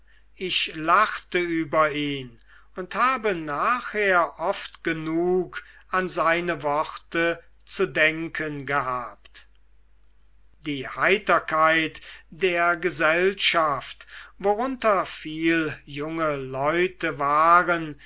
ich lachte über ihn und habe nachher oft genug an seine worte zu denken gehabt die heiterkeit der gesellschaft worunter viel junge leute waren